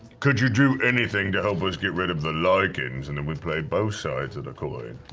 could you do anything to help us get rid of the lycans? and then we play both sides of the coin.